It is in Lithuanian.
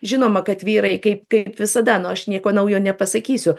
žinoma kad vyrai kaip kaip visada nu aš nieko naujo nepasakysiu